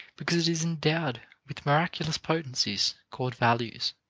because it is endowed with miraculous potencies called values